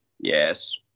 Yes